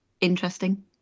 interesting